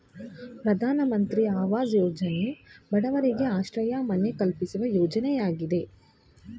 ಪ್ರಧಾನಮಂತ್ರಿ ಅವಾಜ್ ಯೋಜನೆ ಬಡವರಿಗೆ ಆಶ್ರಯ ಮನೆ ಕಲ್ಪಿಸುವ ಯೋಜನೆಯಾಗಿದೆ